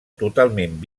totalment